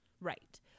Right